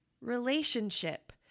relationship